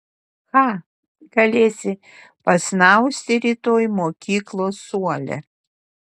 cha galėsi pasnausti rytoj mokyklos suole